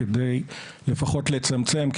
כדי לפחות לצמצם,